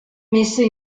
messe